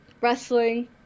wrestling